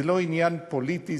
זה לא עניין פוליטי.